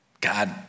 God